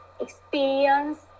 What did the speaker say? experience